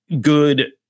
good